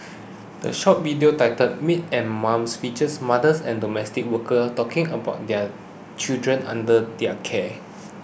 the short video titled Maids and Mums features mothers and domestic workers talking about their children under their care